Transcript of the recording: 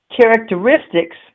characteristics